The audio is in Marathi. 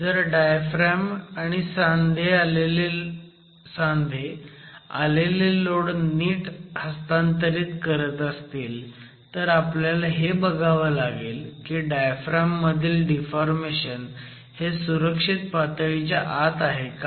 जर डायफ्रॅम आणि सांधे आलेले लोड नीट हस्तांतरित करत असतील तर आपल्याला हे बघावं लागेल की डायफ्रॅम मधील डिफॉर्मेशन हे सुरक्षित पातळीच्या आत आहे का